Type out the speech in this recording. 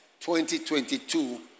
2022